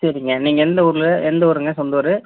சரிங்க நீங்கள் எந்த ஊரில் எந்த ஊருங்க சொந்த ஊர்